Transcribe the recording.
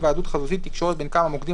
"היוועדות חזותית" תקשורת בין כמה מוקדים